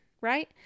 right